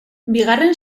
bigarren